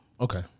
Okay